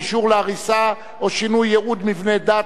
אישור להריסה או שינוי ייעוד מבנה דת),